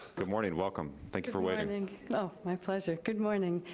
good morning, welcome, thank you for waiting. oh, my pleasure, good morning.